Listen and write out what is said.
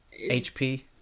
HP